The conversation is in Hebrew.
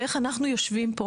ואיך אנחנו יושבים פה